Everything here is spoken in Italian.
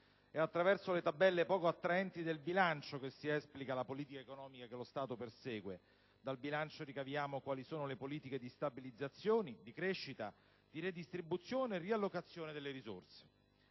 È attraverso le tabelle poco attraenti del bilancio che si esplica la politica economica che lo Stato persegue; dal bilancio ricaviamo quali sono le politiche di stabilizzazione, di crescita, di redistribuzione e riallocazione delle risorse.